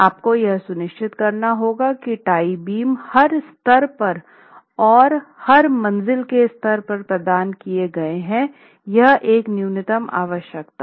आपको यह सुनिश्चित करना होगा कि टाई बीम हर स्तर पर और और हर मंजिल के स्तर पर प्रदान किए गए हैं यह एक न्यूनतम आवश्यकता है